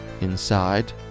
Inside